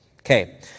Okay